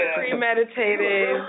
premeditated